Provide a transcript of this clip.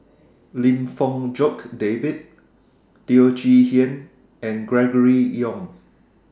Lim Fong Jock David Teo Chee Hean and Gregory Yong